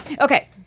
okay